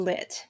Lit